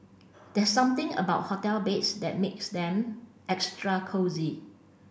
there's something about hotel beds that makes them extra cosy